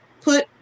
put